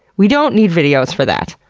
we don't need videos for that.